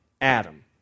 Adam